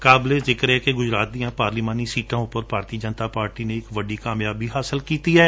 ਖਾਬਲੇ ਜਿਕਰ ਹੈ ਕਿ ਗੁਜਰਾਤ ਦੀਆਂ ਪਾਰਲੀਮਾਨੀ ਸੀਟਾਂ ਉਪਰ ਭਾਰਤੀ ਜਨਤਾ ਪਾਰਟੀ ਨੇ ਇੱਕ ਵੱਡੀ ਜਿੱਤ ਹਾਸਲ ਕੀਤੀ ਹੈ